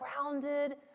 grounded